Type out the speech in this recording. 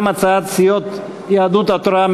גם הצעת סיעות יהדות התורה,